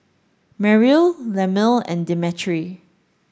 Merrill Lemuel and Demetri